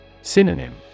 Synonym